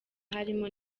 harimo